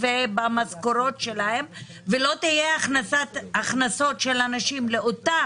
ובמשכורת שלהן ולא יהיו הכנסות של הנשים מאותה